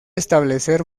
establecer